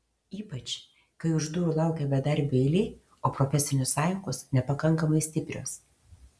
ypač kai už durų laukia bedarbių eilė o profesinės sąjungos nepakankamai stiprios